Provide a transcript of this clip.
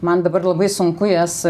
man dabar labai sunku jas